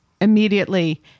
immediately